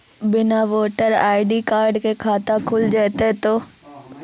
बिना voter ID card के खाता खुल जैते तो?